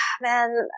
Man